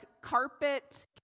carpet